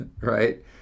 right